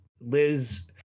Liz